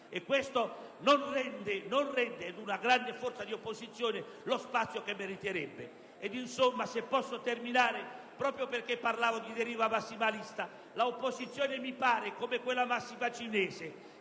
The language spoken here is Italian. questo non rende ad una grande forza di opposizione lo spazio che meriterebbe. Se posso terminare, proprio perché parlavo di deriva massimalista, l'opposizione mi pare agire, secondo la nota massima cinese,